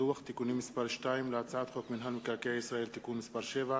לוח תיקונים מס' 2 להצעת חוק מינהל מקרקעי ישראל (תיקון מס' 7),